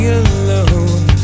alone